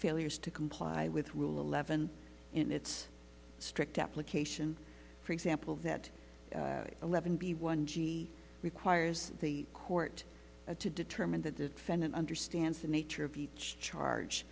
failures to comply with rule eleven in its strict application for example that eleven b one g requires the court to determine that the defendant understands the nature of each charge